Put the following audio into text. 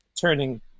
turning